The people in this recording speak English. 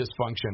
dysfunction